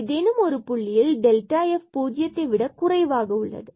ஏதேனும் ஒரு புள்ளியில் f 0 மதிப்பை விட குறைவாக உள்ளது